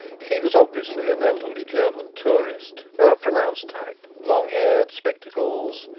he was obviously an elderly german tourist of pronounced type long-haired, spectacled,